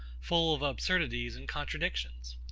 full of absurdities and contradictions.